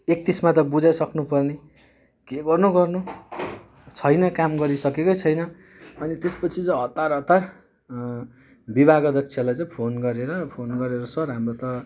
एकतिसमा त बुझाइसक्नु पर्ने के गर्नु गर्नु छैन काम गरिसकेकै छैन अनि त्यसपछि चाहिँ हतार हतार विभाग अध्यक्षलाई चाहिँ फोन गरेर फोन गरेर सर हाम्रो त